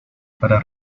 para